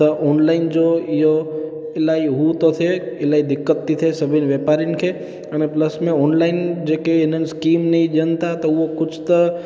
त ऑनलाइन जो इहो इलाही हू थो थिए इलाही दिक़त थी थिए सभिनी वापारियुनि खे अने प्लस में ऑनलाइन जेके इन्हनि स्कीम नईं ॾियनि था त उहो कुझु त